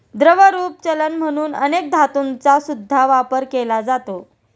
द्रवरूप चलन म्हणून अनेक धातूंचा सुद्धा वापर केला जातो